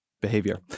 behavior